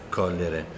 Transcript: cogliere